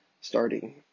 starting